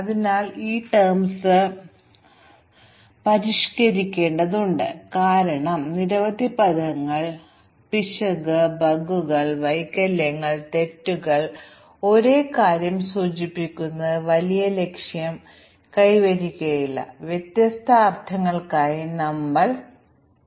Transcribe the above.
അതിനാൽ ഒരു സ്റ്റേറ്റ്മെൻറ് നെ മറ്റൊരു സ്റ്റേറ്റ്മെൻറ് ഉപയോഗിച്ച് മാറ്റിസ്ഥാപിക്കുക ഉദാഹരണത്തിന് ഓപ്പറേറ്ററിന് തുല്യമായതിനേക്കാൾ കൂടുതലോ അതിൽ കുറവോ ഉള്ള ഒരു എക്സ്പ്രെഷന് പകരം ഒരു ട്രൂ മാറ്റിസ്ഥാപിക്കുക